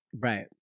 Right